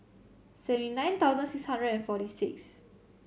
seventy nine thousand six hundred and forty six